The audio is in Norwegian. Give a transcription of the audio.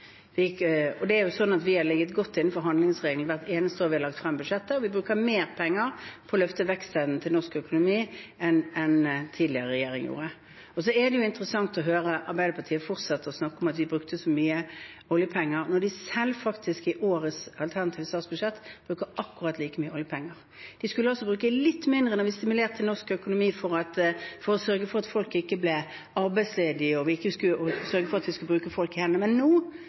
Vi har ligget godt innenfor handlingsregelen hvert eneste år vi har lagt frem statsbudsjettet, og vi bruker mer penger på å løfte norsk økonomis vekstevne enn tidligere regjering gjorde. Det er interessant å høre Arbeiderpartiet fortsette å snakke om at vi bruker så mye oljepenger, når de selv, i deres alternative statsbudsjett for i år, faktisk bruker akkurat like mye oljepenger. De skulle altså bruke litt mindre da vi stimulerte norsk økonomi for å sørge for at folk ikke ble arbeidsledige, men nå skal de altså bruke litt mer. I tillegg har de en inndekning som bl.a. betyr at